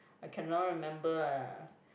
I cannot remember lah